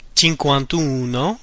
cinquantuno